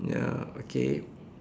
ya okay